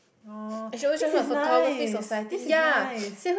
oh this is nice this is nice